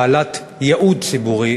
בעלת ייעוד ציבורי